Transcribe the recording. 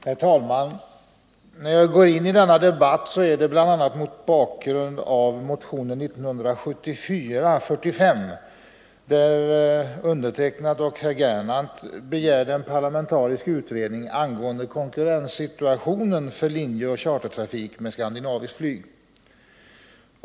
Herr talman! När jag går in i denna debatt är det bl.a. mot bakgrund av motionen 45, där jag och herr Gernandt begärt en parlamentarisk utredning angående konkurrenssituationen för linjetrafik och chartertrafik med skandinaviskt flyg.